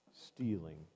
Stealing